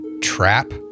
trap